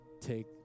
take